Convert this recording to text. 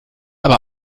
aber